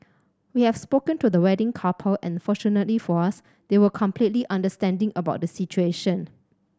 we have spoken to the wedding couple and fortunately for us they were completely understanding about the situation